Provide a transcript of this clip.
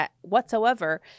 whatsoever